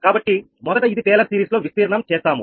కాబట్టి మొదట ఇది టేలర్ సిరీస్ లో విస్తీర్ణం చేస్తాము